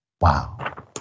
Wow